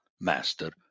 master